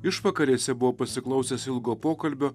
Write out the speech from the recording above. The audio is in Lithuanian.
išvakarėse buvau pasiklausęs ilgo pokalbio